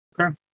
Okay